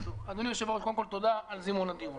אדוני היושב-ראש, קודם כל תודה על זימון הדיון.